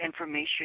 information